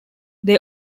they